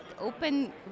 open